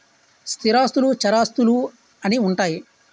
స్థిరాస్తులు చరాస్తులు అని ఉంటాయి